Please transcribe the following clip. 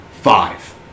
Five